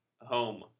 home